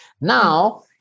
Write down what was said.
Now